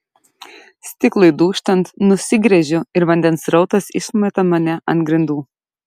stiklui dūžtant nusigręžiu ir vandens srautas išmeta mane ant grindų